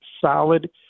solid